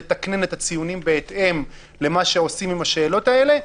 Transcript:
לתקנן את הציונים בהתאם למה שעושים עם השאלות האלה,